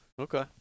Okay